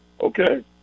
Okay